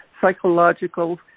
Psychological